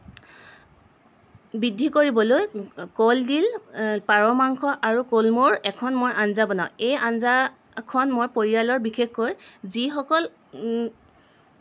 বৃদ্ধি কৰিবলৈ কলদিল পাৰ মাংস আৰু কলমৌৰ এখন মই আঞ্জা বনাওঁ এই আঞ্জাখন মই পৰিয়ালৰ বিশেষকৈ যিসকল